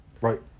Right